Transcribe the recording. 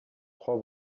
crois